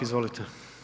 Izvolite.